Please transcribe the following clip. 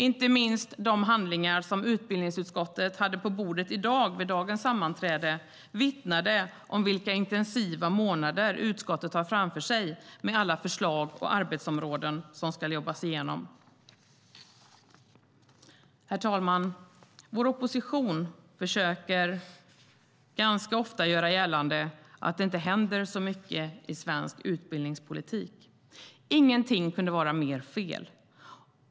Inte minst de handlingar utbildningsutskottet hade på bordet vid dagens sammanträde vittnar om vilka intensiva månader utskottet har framför sig med alla förslag och arbetsområden som ska jobbas igenom. Herr talman! Vår opposition försöker ganska ofta göra gällande att det inte händer så mycket i svensk utbildningspolitik. Ingenting kunde vara mer fel.